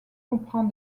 comprend